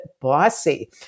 bossy